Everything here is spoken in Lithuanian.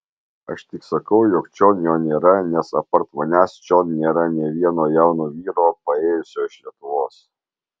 aš tik sakau jog čion jo nėra nes apart manęs čion nėra nė vieno jauno vyro paėjusio iš lietuvos